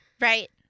Right